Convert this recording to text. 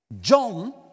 John